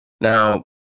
Now